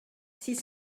six